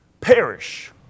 perish